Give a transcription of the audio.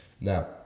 Now